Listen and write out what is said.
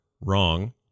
wrong